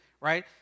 right